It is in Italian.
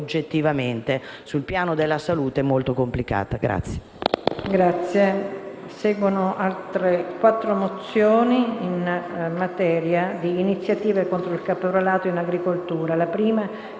oggettivamente, sul piano della salute, è molto complicata.